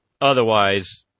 Otherwise